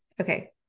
okay